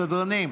סדרנים,